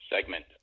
segment